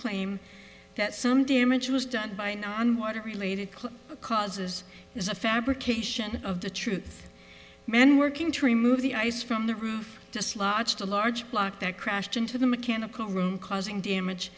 claim that some damage was done by now on water related causes is a fabrication of the truth and working to remove the ice from the roof dislodged a large block that crashed into the mechanical room causing damage